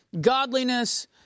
godliness